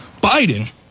Biden